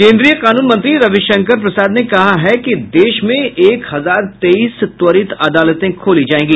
केंद्रीय कानून मंत्री रविशंकर प्रसाद ने कहा है कि देश में एक हजार तेईस त्वरित अदालतें खोली जायेंगी